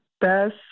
best